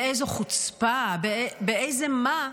באיזו חוצפה, באיזה מה,